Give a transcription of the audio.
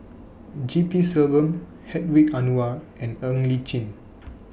G P Selvam Hedwig Anuar and Ng Li Chin